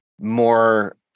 more